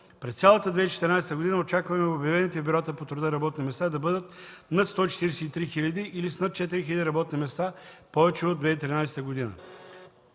През цялата 2014 г. очакваме обявените в бюрата по труда работни места да бъдат над 143 хиляди или с над 4000 работни места повече от 2013 г.